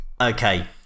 okay